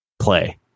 play